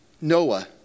Noah